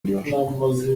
buluyor